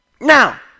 Now